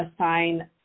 assign